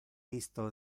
isto